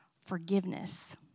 forgiveness